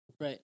Right